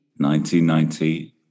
1990